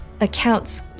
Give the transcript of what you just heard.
accounts